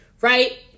right